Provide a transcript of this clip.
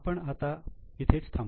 आपण आता इथेच थांबू